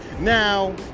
Now